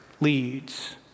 leads